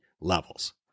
levels